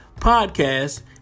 podcast